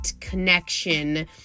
connection